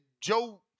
Joe